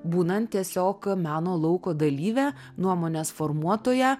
būnant tiesiog meno lauko dalyve nuomonės formuotoja